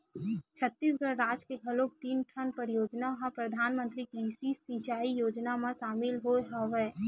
छत्तीसगढ़ राज के घलोक तीन ठन परियोजना ह परधानमंतरी कृषि सिंचई योजना म सामिल होय हवय